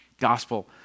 gospel